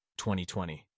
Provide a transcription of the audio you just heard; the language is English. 2020